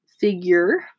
figure